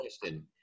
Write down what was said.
question